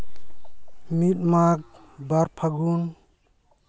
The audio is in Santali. ᱢᱤᱫ ᱢᱟᱜᱽ ᱵᱟᱨ ᱯᱷᱟᱹᱜᱩᱱ